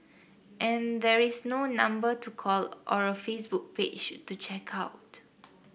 and there is no number to call or a Facebook page to check out